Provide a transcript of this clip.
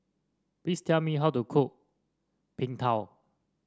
please tell me how to cook Png Tao